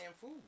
food